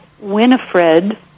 Winifred